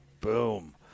Boom